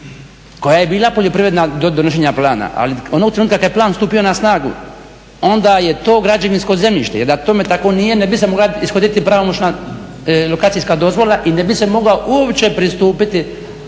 koja ja bila poljoprivredna do donošenja plana, ali u onom trenutku kada je plan stupio na snagu onda je to građevinsko zemljište jer da tome tako nije ne bi se mogla ishoditi pravomoćna lokacijska i ne bi se moglo uopće pristupiti